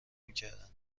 میکردند